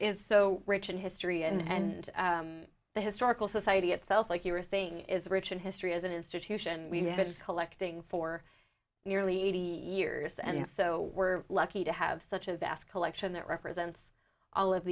is so rich in history and the historical society itself like you are saying is rich in history as an institution we had collecting for nearly eighty years and so we're lucky to have such a vast collection that represents all of